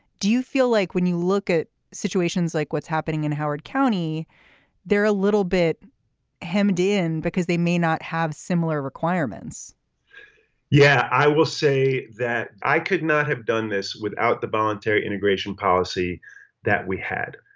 do you feel like when you look at situations like what's happening in howard county they're a little bit hemmed in because they may not have similar requirements yeah i will say that i could not have done this without the voluntary integration policy that we had.